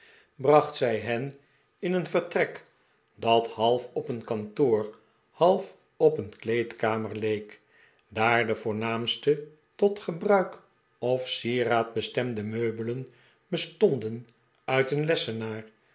ouden hebr winkle toe vertrek dat half op een kantoor en half op een kleedkamer leek daar de voornaamste tot gebruik of sieraad bestemde meubelen bestonden uit een lessenaar